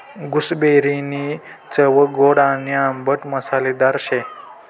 गूसबेरीनी चव गोड आणि आंबट मसालेदार शे